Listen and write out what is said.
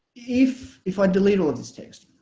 if if i delete all this text